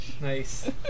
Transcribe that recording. Nice